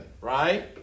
right